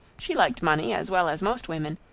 she liked money as well as most women,